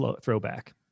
throwback